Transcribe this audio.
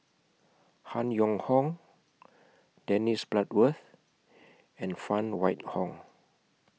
Han Yong Hong Dennis Bloodworth and Phan Wait Hong